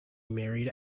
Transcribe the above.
married